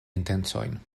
intencojn